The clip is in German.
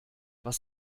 was